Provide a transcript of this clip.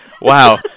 wow